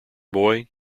boy